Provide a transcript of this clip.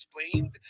explained